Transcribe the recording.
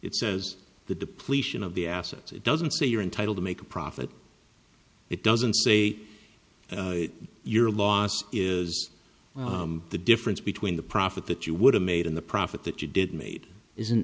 it says the depletion of the assets it doesn't say you're entitled to make a profit it doesn't say your loss is the difference between the profit that you would have made in the profit that you did made is